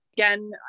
Again